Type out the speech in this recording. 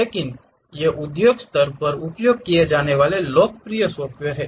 लेकिन ये उद्योग स्तर पर उपयोग किए जाने वाले लोकप्रिय सॉफ्टवेयर हैं